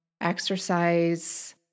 exercise